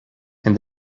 and